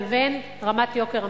לבין רמת יוקר המחיה.